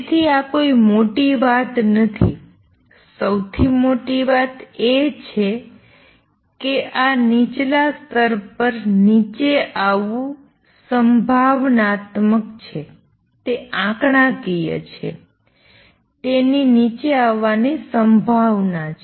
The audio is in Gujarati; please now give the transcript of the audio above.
તેથી આ કોઈ મોટી વાત નથી સૌથી મોટી વાત એ છે કે આ નીચલા સ્તર પર નીચે આવવું સંભાવનાત્મક છે તે આંકડાકીય છે તેની નીચે આવવાની સંભાવના છે